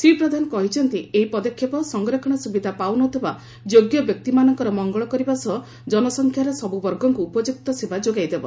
ଶ୍ରୀ ପ୍ରଧାନ କହିଛନ୍ତି ଏହି ପଦକ୍ଷେପ ସଂରକ୍ଷଣ ସୁବିଧା ପାଉନଥିବା ଯୋଗ୍ୟ ବ୍ୟକ୍ତି ମାନଙ୍କର ମଙ୍ଗଳ କରିବା ସହ ଜନସଂଖ୍ୟାର ସବୁ ବର୍ଗଙ୍କୁ ଉପଯୁକ୍ତ ସେବା ଯୋଗାଇ ଦେବ